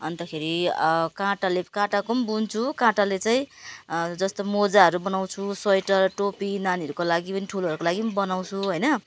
अन्तखेरि काँटाले काँटाको पनि बुन्छु काँटाले चाहिँ जस्तो मोजाहरू बनाउँछु स्वेटर टोपी नानीहरूको लागि पनि ठुलोहरूको लागि पनि बनाउँछु होइन